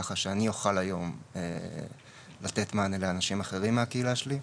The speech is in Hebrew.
ככה שאני אוכל היום לתת מענה לאנשים אחרים מהקהילה שלי,